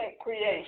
creation